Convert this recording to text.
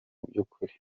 by’ukuri